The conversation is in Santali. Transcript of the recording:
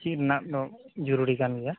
ᱪᱮᱫ ᱨᱮᱱᱟᱜ ᱫᱚ ᱡᱚᱨᱩᱨᱤ ᱠᱟᱱᱜᱮᱭᱟ